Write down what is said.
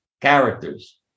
characters